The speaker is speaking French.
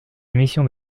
émissions